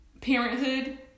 parenthood